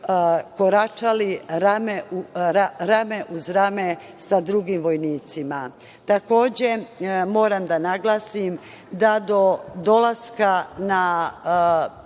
koračali rame uz rame sa drugim vojnicima. Takođe, moram da naglasim, da do dolaska na